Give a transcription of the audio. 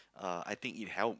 uh I think it helped